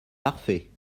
parfait